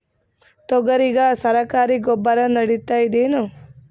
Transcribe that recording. ತೊಗರಿಗ ಸರಕಾರಿ ಗೊಬ್ಬರ ನಡಿತೈದೇನು?